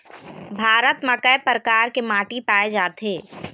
भारत म कय प्रकार के माटी पाए जाथे?